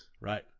Right